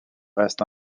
reste